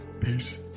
Peace